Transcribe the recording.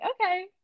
okay